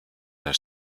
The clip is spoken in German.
der